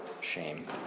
shame